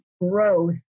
growth